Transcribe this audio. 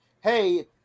hey